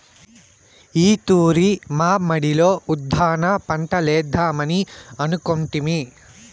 ఈ తూరి మా మడిలో ఉద్దాన పంటలేద్దామని అనుకొంటిమి